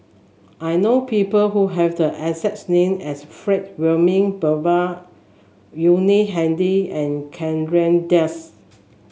I know people who have the exact name as Frank Wilmin Brewer Yuni Hadi and Chandra Das